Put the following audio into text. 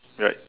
right